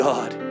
God